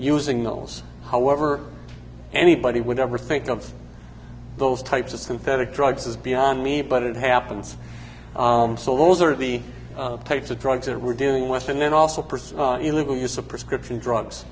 using the holes however anybody would ever think of those types of synthetic drugs is beyond me but it happens so those are the types of drugs that we're dealing with and then also pursue illegal use of prescription drugs